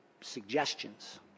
suggestions